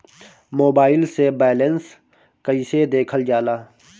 Mobile से balance कइसे देखल जाला?